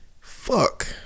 Fuck